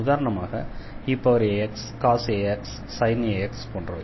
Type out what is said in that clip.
உதாரணமாக eax cosaxsin போன்றவை